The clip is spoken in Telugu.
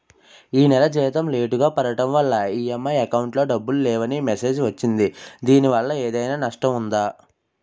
ఈ నెల జీతం లేటుగా పడటం వల్ల ఇ.ఎం.ఐ అకౌంట్ లో డబ్బులు లేవని మెసేజ్ వచ్చిందిదీనివల్ల ఏదైనా నష్టం ఉందా?